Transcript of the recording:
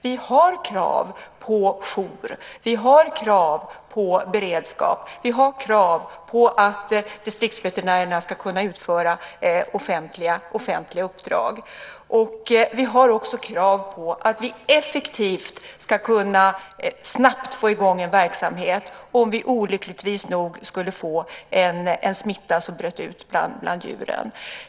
Vi har krav på jour och beredskap och på att distriktsveterinärerna ska kunna utföra offentliga uppdrag. Vi har också krav på att vi effektivt och snabbt ska kunna få i gång en verksamhet om en smitta olyckligtvis skulle bryta ut bland djuren.